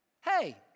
hey